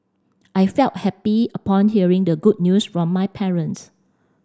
I felt happy upon hearing the good news from my parents